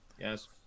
Yes